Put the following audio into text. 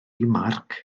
marc